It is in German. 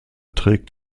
trägt